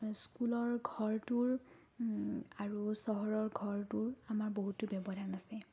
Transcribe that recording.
স্কুলৰ ঘৰটোৰ আৰু চহৰৰ ঘৰটোৰ আমাৰ বহুতো ব্যৱধান আছে